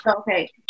Okay